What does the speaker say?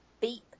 beep